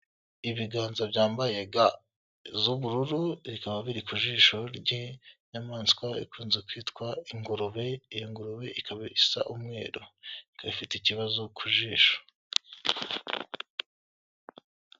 Ibiganza byambaye z'ubururu bikaba biri ku jisho ry'inyamaswa ikunze kwitwa ingurube, iyo ngurube ikaba isa umweru ikaba ifite ikibazo ku jisho.